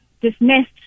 dismissed